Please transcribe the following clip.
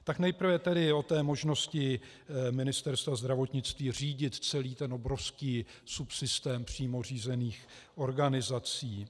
Tak nejprve tedy o možnosti Ministerstva zdravotnictví řídit celý ten obrovský subsystém přímo řízených organizací.